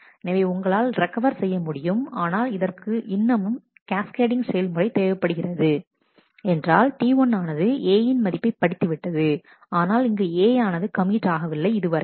எனவே உங்களால் ரெக்கவர் செய்ய முடியும் ஆனால் அதற்கு இன்னமும் கேஸ்கேடிங் செயல் முறை தேவைப்படுகிறது என்றால் T1ஆனது A யின் மதிப்பை படித்துவிட்டது ஆனால் இங்கு A ஆனது கமிட் ஆகவில்லை இதுவரைக்கும்